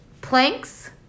planks